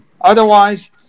Otherwise